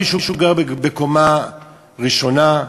מישהו גר בקומה ראשונה,